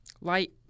light